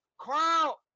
Carl